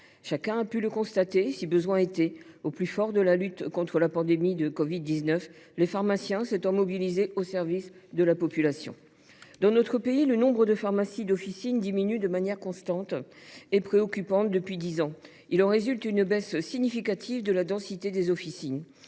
Chacun a pu le constater, si besoin était, au plus fort de la lutte contre la pandémie de covid 19 : les pharmaciens se sont alors mobilisés au service de la population. Dans notre pays, le nombre de pharmacies d’officine diminue de manière constante et préoccupante depuis maintenant dix ans. En résulte une baisse significative de la densité des officines.